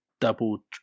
double